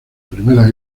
primera